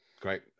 Great